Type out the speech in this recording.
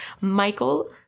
Michael